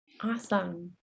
Awesome